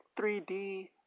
3D